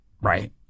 Right